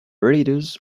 readers